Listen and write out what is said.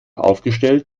aufgestellt